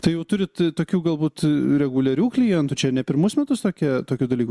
tai jau turit tokių galbūt reguliarių klientų čia ne pirmus metus tokia tokiu dalyku